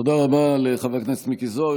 תודה רבה לחבר הכנסת מיקי זוהר,